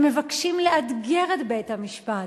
הם מבקשים לאתגר את בית-המשפט.